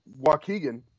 Waukegan